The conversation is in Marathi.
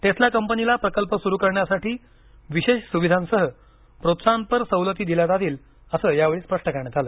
टेस्ला कंपनीला प्रकल्प सुरू करण्यासाठी विशेष सुविधांसह प्रोत्साहनपर सवलती दिल्या जातील असं यावेळी स्पष्ट करण्यात आलं